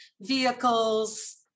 vehicles